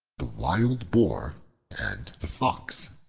the wild boar and the fox